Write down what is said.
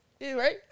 right